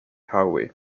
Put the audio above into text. highway